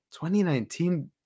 2019